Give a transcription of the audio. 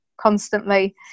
constantly